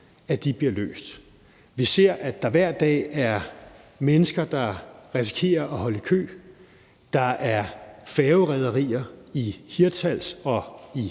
bliver løst. Vi ser, at der hver dag er mennesker, der risikerer at holde i kø; der er færgerederier i Hirtshals og i